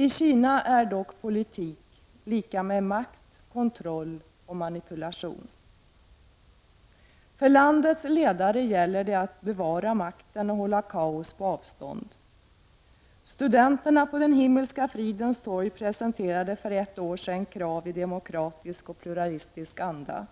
I Kina är dock politik lika med makt, kontroll och manipulation. För landets ledare gäller det att bevara makten och hålla kaos på avstånd. Studenterna på Den himmelska fridens torg presenterade för ett år sedan krav i demokratisk och pluralistisk anda.